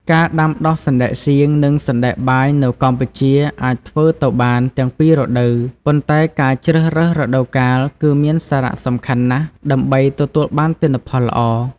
ការដាំដុះសណ្តែកសៀង និងសណ្តែកបាយនៅកម្ពុជាអាចធ្វើទៅបានទាំងពីររដូវ ប៉ុន្តែការជ្រើសរើសរដូវកាលគឺមានសារៈសំខាន់ណាស់ដើម្បីទទួលបានទិន្នផលល្អ។